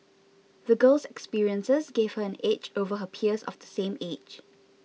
the girl's experiences gave her an edge over her peers of the same age